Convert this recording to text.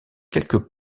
quelques